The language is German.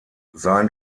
sein